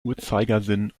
uhrzeigersinn